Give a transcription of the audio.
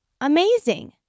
amazing